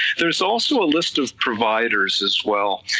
there's also a list of providers as well,